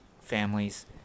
families